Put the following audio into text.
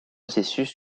processus